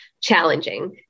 challenging